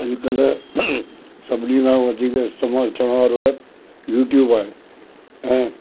अॼु कल्ह सभिनी खां वधीक इस्तेमालु थियण वारो आहे यूट्यूब आहे